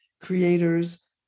creators